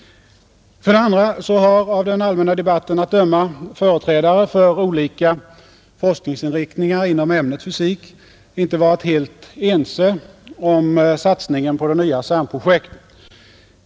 För det andra så har av den allmänna debatten att döma företrädare för olika forskningsinriktningar inom ämnet fysik inte varit helt ense om satsningen på det nya CERN-projektet.